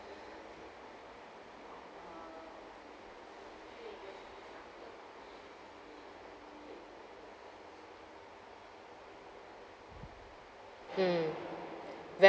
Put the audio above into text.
mm ve~